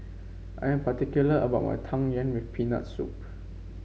I'm particular about my Tang Yuen with Peanut Soup